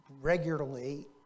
regularly